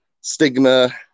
stigma